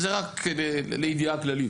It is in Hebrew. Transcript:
זה רק לידיעה כללית.